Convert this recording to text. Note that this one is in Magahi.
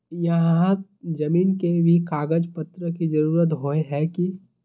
यहात जमीन के भी कागज पत्र की जरूरत होय है की?